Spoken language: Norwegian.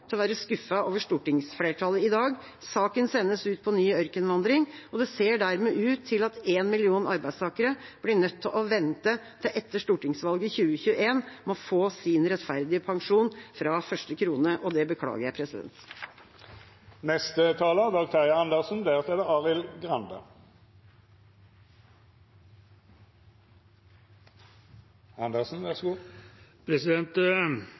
til å være skuffet over stortingsflertallet i dag. Saken sendes ut på ny ørkenvandring, og det ser dermed ut til at én million arbeidstakere blir nødt til å vente til etter stortingsvalget i 2021 med å få sin rettferdige pensjon fra første krone. Det beklager jeg.